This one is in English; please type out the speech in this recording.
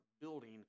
building